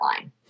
line